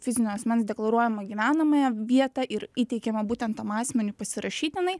fizinio asmens deklaruojamą gyvenamąją vietą ir įteikiama būtent tam asmeniui pasirašytinai